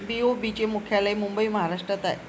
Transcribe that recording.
BOB चे मुख्यालय मुंबई महाराष्ट्रात आहे